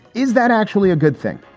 is that actually a good thing?